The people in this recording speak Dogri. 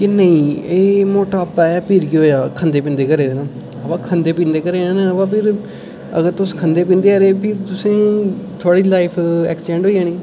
एह् नेईं एह् मटापा ऐ फ्ही केह् होआ खंदे पींदे घरे दा हा खंदे पींदे घरै दे हो अवा अगर तुस खंदे पींदे गै रेह् ते फ्ही तुं'दी लाईफ एक्सटैंड होई जानी